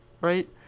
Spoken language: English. right